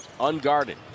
Unguarded